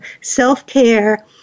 self-care